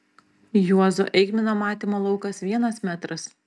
juozo eigmino matymo laukas vienas metras